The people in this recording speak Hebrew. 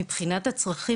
מבחינת הצרכים,